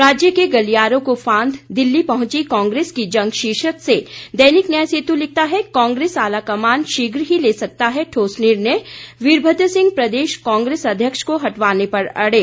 राज्य के गलियारों को फांद दिल्ली पहुंची कांग्रेस की जंग शीर्षक से दैनिक न्याय सेतू लिखता हे कांग्रेस आलाकमान शीघ ही ले सकता है ठोस निर्णय वीरभद्र सिंह प्रदेश कांग्रेस अध्यक्ष को हटवाने पर अड़े